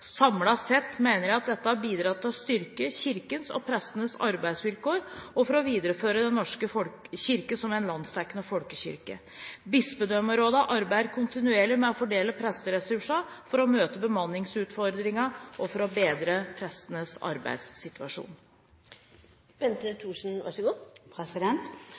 sett mener jeg dette har bidratt til å styrke Kirkens og prestenes arbeidsvilkår og videreføre Den norske kirke som en landsdekkende folkekirke. Bispedømmerådene arbeider kontinuerlig med å fordele presteressursene for å møte bemanningsutfordringene og bedre prestenes arbeidssituasjon. Jeg takker for